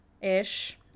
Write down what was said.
ish